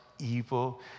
evil